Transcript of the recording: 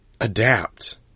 Adapt